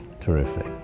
Terrific